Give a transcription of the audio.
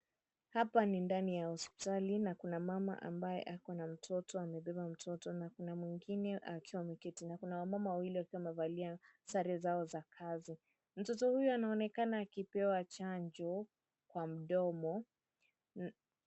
Hapa ni ndani ya hospitali na kuna mama ambaye akona mtoto amebeba mtoto na kuna mwingine akiwa ameketi na kuna wamama wawili wakiwa wamevalia sare zao za kazi. Mtoto huyu anaonekana akipewa chanjo kwa mdomo.